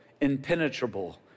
impenetrable